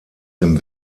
dem